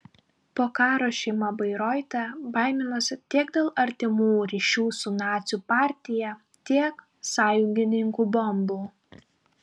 po karo šeima bairoite baiminosi tiek dėl artimų ryšių su nacių partija tiek sąjungininkų bombų